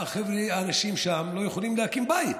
והאנשים שם לא יכולים להקים בית.